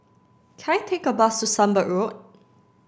can I take a bus to Sunbird Road